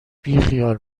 بیخیال